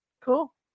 Cool